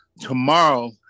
Tomorrow